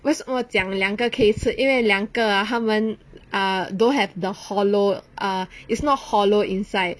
为什么我讲了两个可以吃因为两个他们 ah don't have the hollow ah is not hollow inside